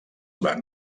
van